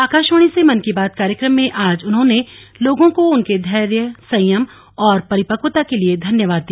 आकाशवाणी से मन की बात कार्यक्रम में आज उन्होंने लोगों को उनके धैर्य संयम और परिपक्वता के लिए धन्यवाद दिया